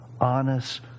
honest